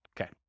Okay